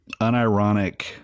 unironic